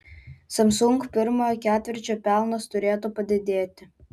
samsung pirmojo ketvirčio pelnas turėtų padidėti